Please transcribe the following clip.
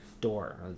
door